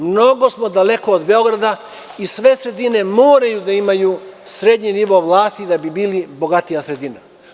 Mnogo smo daleko od Beograda i sve sredine moraju da imaju srednji nivo vlasti da bi bili bogatija sredina.